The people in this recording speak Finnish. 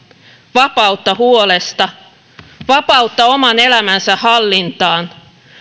vapautta huolesta vapautta oman elämänsä hallintaan